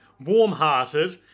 warm-hearted